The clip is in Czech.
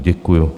Děkuju.